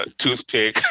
toothpick